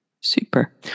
Super